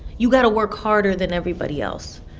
you got to work harder than everybody else.